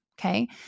Okay